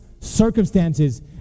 circumstances